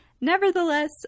nevertheless